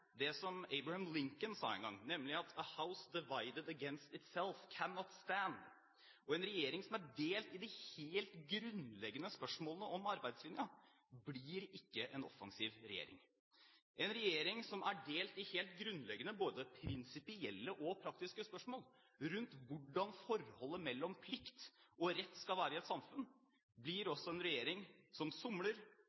det som Abraham Lincoln sa en gang, nemlig: «a house divided against itself cannot stand.» En regjering som er delt i de helt grunnleggende spørsmålene om arbeidslinjen, blir ikke en offensiv regjering. En regjering som er delt i helt grunnleggende både prinsipielle og praktiske spørsmål rundt hvordan forholdet mellom plikt og rett skal være i et samfunn, blir